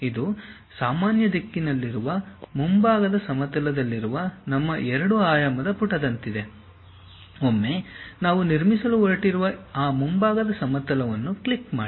ಇದು ಸಾಮಾನ್ಯ ದಿಕ್ಕಿನಲ್ಲಿರುವ ಮುಂಭಾಗದ ಸಮತಲದಲ್ಲಿರುವ ನಮ್ಮ 2 ಆಯಾಮದ ಪುಟದಂತಿದೆ ಒಮ್ಮೆ ನಾವು ನಿರ್ಮಿಸಲು ಹೊರಟಿರುವ ಆ ಮುಂಭಾಗದ ಸಮತಲವನ್ನು ಕ್ಲಿಕ್ ಮಾಡಿ